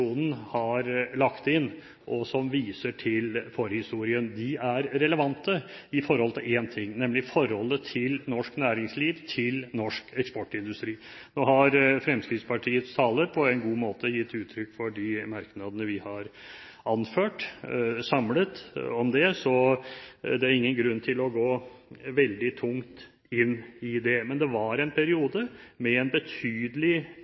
har lagt inn, og som viser til forhistorien. De er relevante når det gjelder én ting, nemlig forholdet til norsk næringsliv og norsk eksportindustri. Fremskrittspartiets taler har nå på en god måte gitt uttrykk for de merknadene vi har anført samlet, og derfor er det ingen grunn til å gå veldig tungt inn i det. Men det var en periode med betydelig